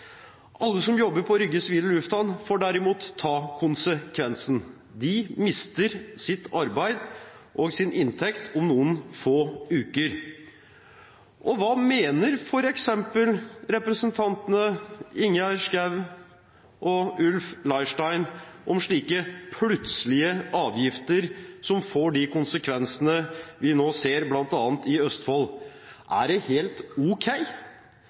Alle som jobber på Rygge sivile lufthavn, får derimot ta konsekvensen. De mister sitt arbeid og sin inntekt om noen få uker. Og hva mener f.eks. representantene Ingjerd Schou og Ulf Leirstein om slike plutselige avgifter som får de konsekvensene vi nå ser, bl.a. i Østfold? Er det helt ok?